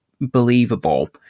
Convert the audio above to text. believable